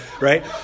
right